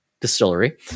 Distillery